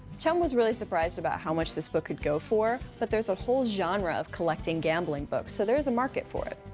chum was really surprised about how much this book could go for, but there's a whole genre of collecting gambling books. so there's a market for it.